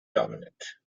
dominate